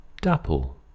Dapple